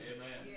Amen